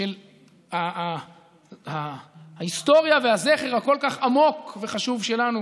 של ההיסטוריה והזכר הכל-כך עמוק וחשוב שלנו